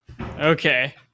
okay